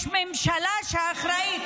יש ממשלה שאחראית.